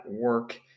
work